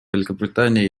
великобритании